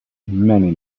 many